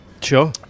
Sure